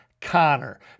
Connor